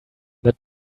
that